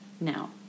now